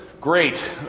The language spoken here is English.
Great